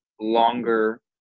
longer